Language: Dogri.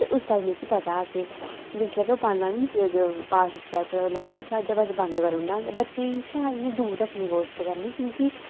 ते उसदा मिकी पता कि जिसलै में पाना बाथरूम च कुतै लाया दरवाजा बंद करी ओड़ना बच्चें ई हमेशा इ'यां दूर रक्खने दी कोशिश करनी कि मिकी